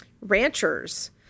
ranchers